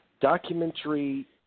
Documentary